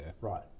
right